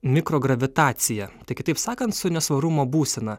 mikrogravitacija tai kitaip sakant su nesvarumo būsena